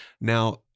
Now